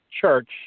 church